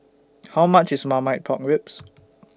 How much IS Marmite Pork Ribs